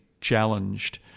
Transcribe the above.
challenged